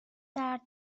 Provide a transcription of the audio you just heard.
درد